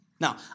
Now